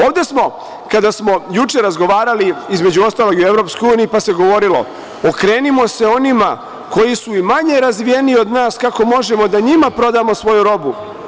Ovde smo, kada smo juče razgovarali, između ostalog i o EU, pa se govorilo - okrenimo se onima koji su i manje razvijeniji od nas, kako možemo da njima prodamo svoju robu.